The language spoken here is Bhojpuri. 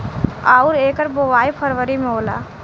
अउर एकर बोवाई फरबरी मे होला